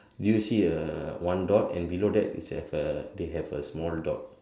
do you see a uh one dot and below that they have a they have a small dot